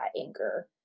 anger